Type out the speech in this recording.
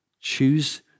Choose